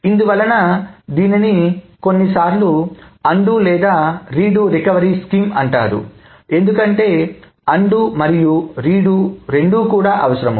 ఇందువలన దీనిని కొన్నిసార్లు అన్డురీడు రికవరీ స్కీంఅంటారు ఎందుకంటే అన్డు మరియు రీడు రెండూ కూడా అవసరం